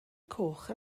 coch